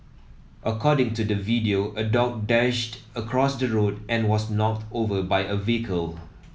according to the video a dog dashed across the road and was knocked over by a vehicle